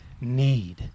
need